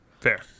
Fair